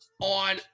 on